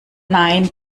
nein